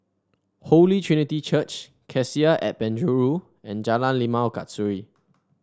Holy Trinity Church Cassia at Penjuru and Jalan Limau Kasturi